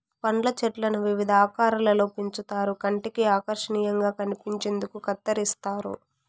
పండ్ల చెట్లను వివిధ ఆకారాలలో పెంచుతారు కంటికి ఆకర్శనీయంగా కనిపించేందుకు కత్తిరిస్తారు